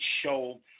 show